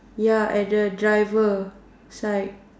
ya at the driver side